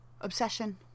Obsession